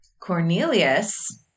Cornelius